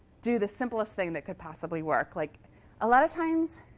do the simplest thing that could possibly work. like a lot of times,